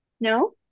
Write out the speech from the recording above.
no